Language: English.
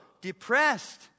depressed